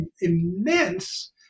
immense